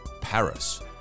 Paris